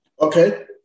Okay